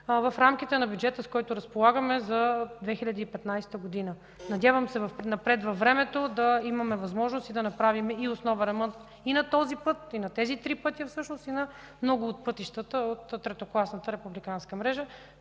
в рамките на бюджета, с който разполагаме за 2015 г. Надявам се напред във времето да имаме възможност да направим основен ремонт и на този път, всъщност на тези три пътя, и на много от пътищата от третокласната републиканска мрежа.